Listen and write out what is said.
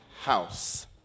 house